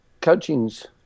coaching's